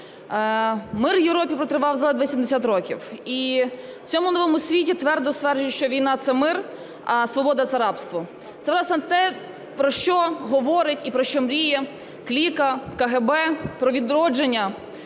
Мир в Європі протривав заледве 70 років, і в цьому новому світі твердо стверджують, що війна – це мир, а свобода – це рабство. Це, власне, те, про що говорить і про що мріє кліка, КГБ – про відродження